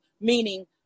meaning